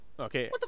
Okay